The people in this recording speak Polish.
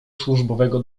służbowego